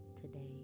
today